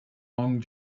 long